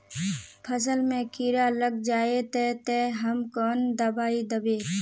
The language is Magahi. फसल में कीड़ा लग जाए ते, ते हम कौन दबाई दबे?